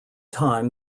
time